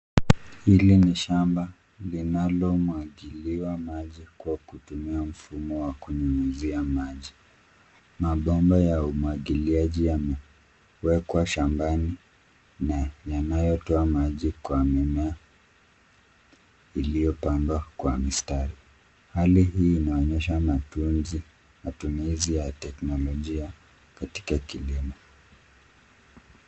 Hili ni shamba linalomwagiliwa maji kwa kutumia mfumo wa kunyunyizia maji. Mabomba ya umwagiliaji yamewekwa shambani na yanayotoa maji kwa mimea iliyopandwa kwa mistari. Hali hii inaonyesha matumizi ya teknolojia katika kilimo.